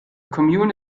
commune